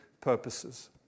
purposes